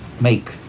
make